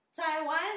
Taiwan